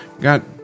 got